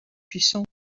puissants